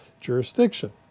jurisdiction